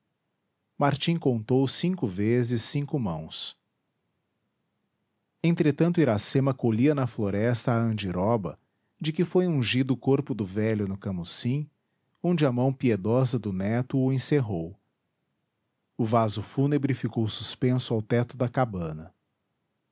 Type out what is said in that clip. martim contou cinco vezes cinco mãos entretanto iracema colhia na floresta a andiroba de que foi ungido o corpo do velho no camucim onde a mão piedosa do neto o encerrou o vaso fúnebre ficou suspenso ao teto da cabana